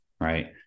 Right